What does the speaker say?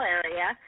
area